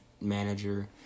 manager